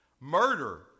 Murder